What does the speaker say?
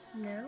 No